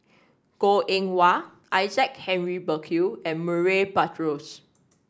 Goh Eng Wah Isaac Henry Burkill and Murray Buttrose